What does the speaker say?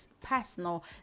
personal